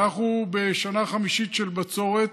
אנחנו בשנה חמישית של בצורת: